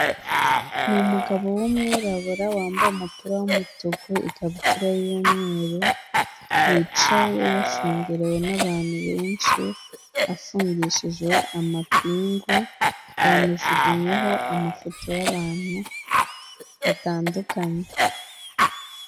Ni umugabo w'umwirabura, wambaye umupira w'umutuku, ikabutura y'umweru, wicaye yashungerewe n'abantu benshi, afungishijwe amapingu, bamujugunyeho amafoto y'abantu batandukanye.